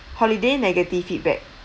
holiday negative feedback